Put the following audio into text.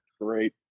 great